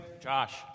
Josh